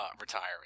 retiring